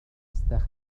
أستخدم